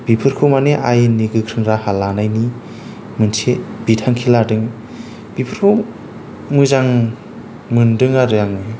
बिफोरखौ माने आयेननि गोख्रों राहा लानायनि मोनसे बिथांखि लादों बेफोरखौ मोजां मोन्दों आरो आङो